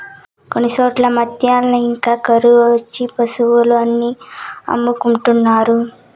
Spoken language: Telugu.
కొన్ని చోట్ల మ్యాత ల్యాక కరువు వచ్చి పశులు అన్ని అమ్ముకుంటున్నారు